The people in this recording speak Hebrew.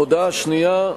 הודעה שנייה: